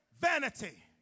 vanity